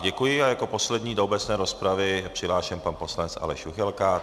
Děkuji a jako poslední do obecné rozpravy je přihlášen pan poslanec Aleš Juchelka.